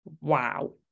Wow